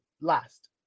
last